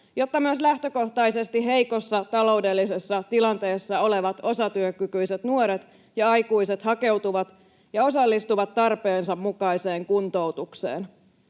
jotta myös lähtökohtaisesti heikossa taloudellisessa tilanteessa olevat osatyökykyiset nuoret ja aikuiset hakeutuvat ja osallistuvat tarpeensa mukaiseen kuntoutukseen.